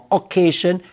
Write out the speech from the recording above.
occasion